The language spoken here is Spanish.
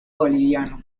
boliviano